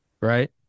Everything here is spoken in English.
right